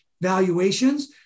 valuations